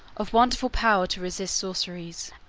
of wonderful power to resist sorceries,